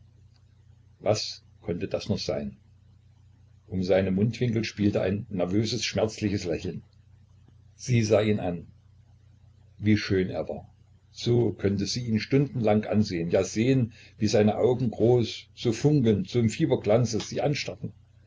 was konnte das nur sein um seine mundwinkel spielte ein nervöses schmerzliches lächeln sie sah ihn an wie schön er war so könnte sie ihn stundenlang ansehen ja sehen wie seine augen groß so funkelnd so im fieberglanz sie anstarrten